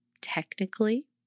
technically